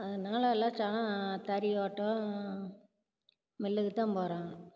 அதனால எல்லாம் ஜனம் தறி ஓடும் மில்லுக்கு தான் போகிறாங்க